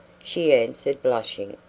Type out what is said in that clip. she answered, blushing.